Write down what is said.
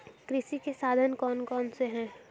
कृषि के साधन कौन कौन से हैं?